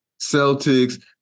Celtics